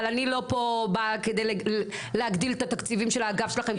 אבל אני לא פה באה כדי להגדיל את התקציבים של האגף שלכם.